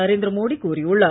நரேந்திர மோடி கூறியுள்ளார்